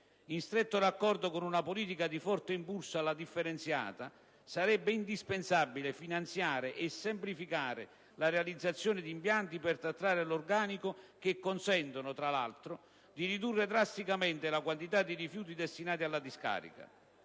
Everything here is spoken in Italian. In stretto raccordo con una politica di forte impulso alla differenziata, sarebbe indispensabile finanziare e semplificare la realizzazione di impianti per trattare l'organico, che consentono tra l'altro di ridurre drasticamente la quantità di rifiuti destinati alla discarica.